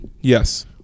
Yes